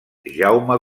jaume